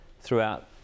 throughout